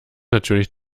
natürlich